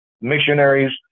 missionaries